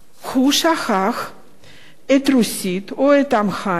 הוא שכח את השפה הרוסית או האמהרית